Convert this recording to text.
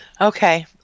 Okay